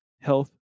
health